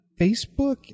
Facebook